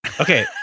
Okay